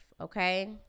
okay